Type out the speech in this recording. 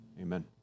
Amen